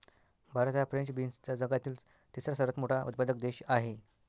भारत हा फ्रेंच बीन्सचा जगातील तिसरा सर्वात मोठा उत्पादक देश आहे